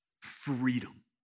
freedom